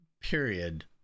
period